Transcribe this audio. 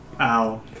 Ow